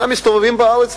אלא הם מסתובבים בארץ,